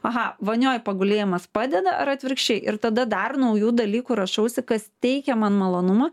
aha vonioj pagulėjimas padeda ar atvirkščiai ir tada dar naujų dalykų rašausi kas teikia man malonumą